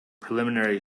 preliminary